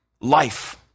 Life